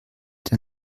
der